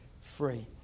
free